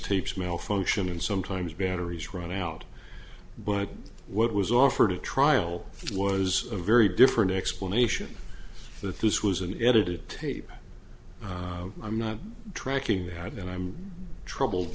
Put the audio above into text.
tapes malfunction and sometimes batteries run out but what was offered a trial was a very different explanation that this was an edited tape i'm not tracking that hard and i'm troubled